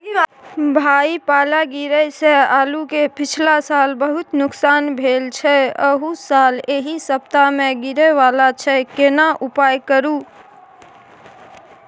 भाई पाला गिरा से आलू के पिछला साल बहुत नुकसान भेल छल अहू साल एहि सप्ताह में गिरे वाला छैय केना उपाय करू?